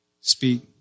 Speak